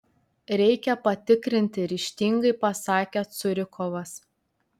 reikia patikrinti ryžtingai pasakė curikovas